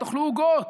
תאכלו עוגות.